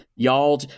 Y'all